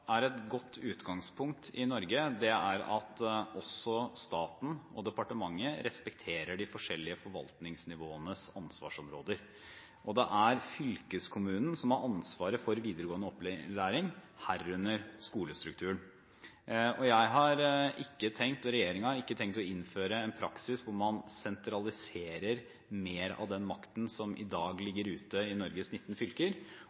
i Norge er det er godt utgangspunkt at også staten og departementet respekterer de forskjellige forvaltningsnivåenes ansvarsområder, og det er fylkeskommunen som har ansvaret for videregående opplæring, herunder skolestrukturen. Jeg, og regjeringen, har ikke tenkt å innføre en praksis hvor man sentraliserer mer av den makten som i dag